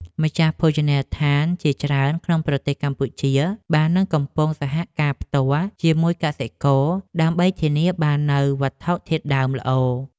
ម្ចាស់ភោជនីយដ្ឋានជាច្រើនក្នុងប្រទេសកម្ពុជាបាននឹងកំពុងសហការផ្ទាល់ជាមួយកសិករ ដើម្បីធានាបាននូវវត្ថុធាតុដើមល្អ។